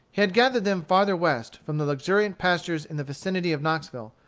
had gathered them farther west, from the luxuriant pastures in the vicinity of knoxville,